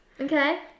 Okay